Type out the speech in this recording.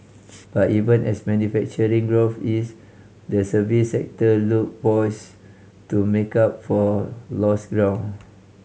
but even as manufacturing growth eased the service sector look poised to make up for lost ground